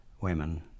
women